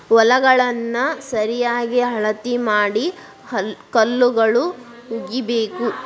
ಹೊಲಗಳನ್ನಾ ಸರಿಯಾಗಿ ಅಳತಿ ಮಾಡಿ ಕಲ್ಲುಗಳು ಹುಗಿಬೇಕು